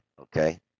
okay